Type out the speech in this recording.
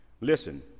Listen